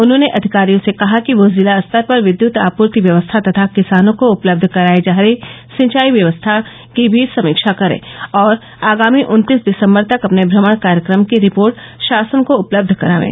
उन्होंने अधिकारियों से कहा कि वह जिला स्तर पर विद्यत आपूर्ति व्यवस्था तथा किसानों को उपलब्ध करायी जा रही सिंचाई सुविधा की भी समीक्षा करें और आगामी उन्तीस दिसम्बर तक अपने भ्रमण कार्यक्रम की रिपोर्ट शासन को उपलब्ध कराये